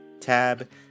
Tab